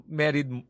married